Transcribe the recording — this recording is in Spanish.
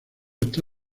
está